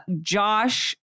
Josh